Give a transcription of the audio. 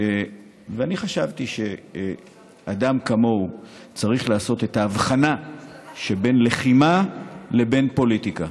ואני חשבתי שאדם כמוהו צריך לעשות את ההבחנה שבין לחימה לבין פוליטיקה,